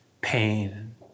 pain